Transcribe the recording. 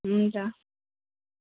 हुन्छ